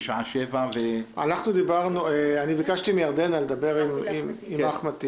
אני ביקשתי מירדנה לדבר עם אחמד טיבי.